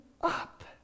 up